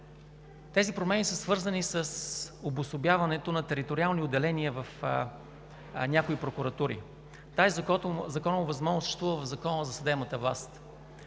Тези промени са свързани с обособяването на териториални отделения в някои прокуратури. Тази законова възможност съществува в Закона за съдебната власт.